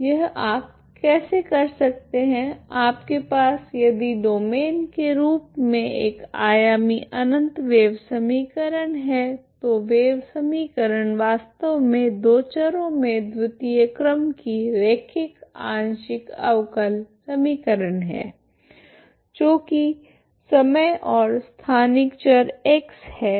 यह आप कैसे कर सकते हैं आपके पास यदि डोमैन के रूप मे एक आयामी अनंत वेव समीकरण है तो वेव समीकरण वास्तव में दो चरों में द्वतीय क्रम की रैखिक आंशिक अवकल समीकरण है जो की समय और स्थानिक चर x है